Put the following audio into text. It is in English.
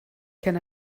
can